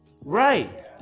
Right